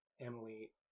emily